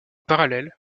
parallèle